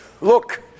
look